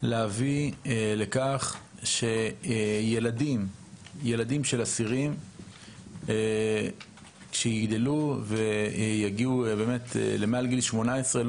להביא לכך שילדים של אסירים שיגדלו ויגיעו לגיל 18,